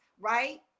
right